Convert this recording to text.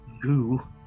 goo